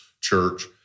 church